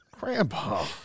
Grandpa